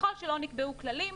ככול שלא נקבעו כללים,